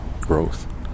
growth